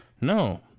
No